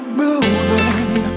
moving